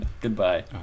Goodbye